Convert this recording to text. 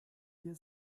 hier